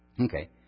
Okay